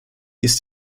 ist